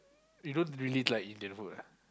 you don't really like Indian food lah